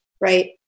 Right